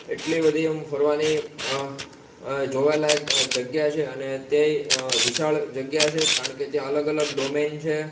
એટલી બધી આમ ફરવાની જોવાલાયક જગ્યા છે અને તે વિશાળ જગ્યા છે કારણ કે ત્યાં અલગ અલગ ડોમેન છે